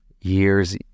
Years